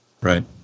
Right